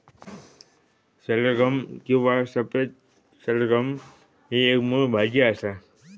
सलगम किंवा सफेद सलगम ही एक मुळ भाजी असा